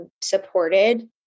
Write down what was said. supported